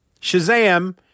Shazam